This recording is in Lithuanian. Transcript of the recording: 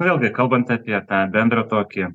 vėlgi kalbant apie tą bendrą tokį